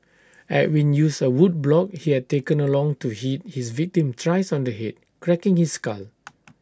Edwin used A wood block he had taken along to hit his victim thrice on the Head cracking his skull